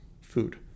food